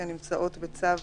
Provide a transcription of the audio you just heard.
כי הן נמצאות בצו